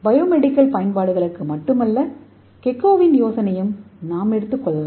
biomedical பயன்பாடுகளுக்கு மட்டுமல்ல கெக்கோவின் யோசனையையும் நாம் எடுத்துக்கொள்ளலாம்